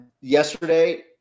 Yesterday